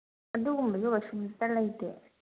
ꯑꯗꯨꯒꯨꯝꯕꯁꯨ ꯀꯩꯁꯨꯝꯇ ꯂꯩꯇꯦ